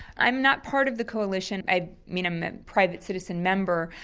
i'm not part of the coalition, i mean i'm a private citizen member,